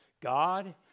God